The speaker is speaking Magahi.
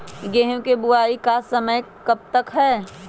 गेंहू की बुवाई का समय कब तक है?